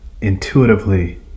intuitively